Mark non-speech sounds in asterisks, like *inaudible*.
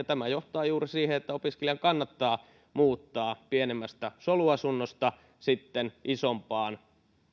*unintelligible* tämä johtaa juuri siihen että opiskelijan kannattaa muuttaa pienemmästä soluasunnosta sitten esimerkiksi isompaan